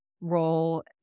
role